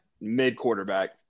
mid-quarterback